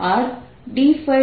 dS2xi